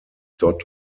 dot